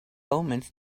omens